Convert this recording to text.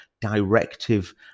directive